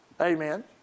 Amen